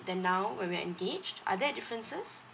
than now when we are engaged are there differences